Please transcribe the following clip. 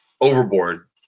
overboard